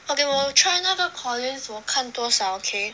okay 我 try 那个 Collins 我看多少 okay